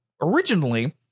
originally